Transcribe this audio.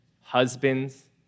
husbands